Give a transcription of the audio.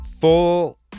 full